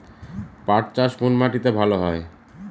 পাট চাষ কোন মাটিতে ভালো হয়?